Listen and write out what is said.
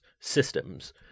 systems